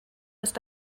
ist